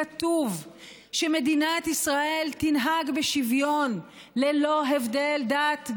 כתוב שמדינת ישראל תנהג בשוויון ללא הבדל דת,